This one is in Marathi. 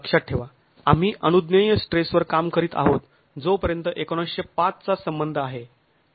लक्षात ठेवा आम्ही अनुज्ञेय स्ट्रेसवर काम करीत आहोत जोपर्यंत १९०५ चा संबंध आहे